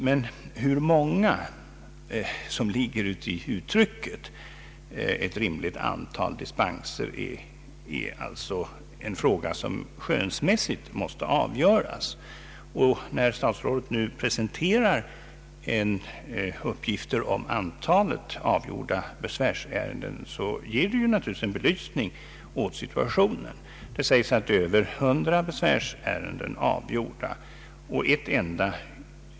Men hur många som ligger i uttrycket ett ”rimligt antal dispenser” är en fråga som skönsmässigt måste besvaras. När statsrådet nu presenterar uppgifter om antalet avgjorda besvärsärenden. ger det naturligtvis en belysning av situationen. Det sägs att över 100 besvärsärenden är avgjorda.